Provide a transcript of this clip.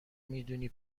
میدونی